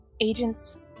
agents